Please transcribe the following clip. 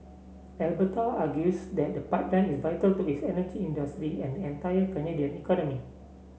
Alberta argues that the pipeline is vital to its energy industry and entire Canadian economy